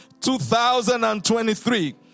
2023